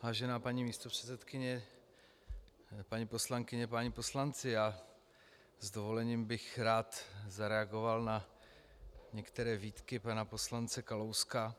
Vážená paní místopředsedkyně, paní poslankyně, páni poslanci, s dovolením bych rád zareagoval na některé výtky pana poslance Kalouska.